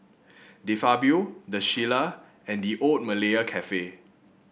De Fabio The Shilla and The Old Malaya Cafe